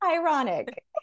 Ironic